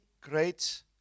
great